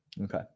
Okay